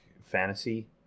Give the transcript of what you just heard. fantasy